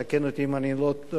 תקן אותי אם אני טועה,